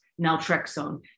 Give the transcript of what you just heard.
naltrexone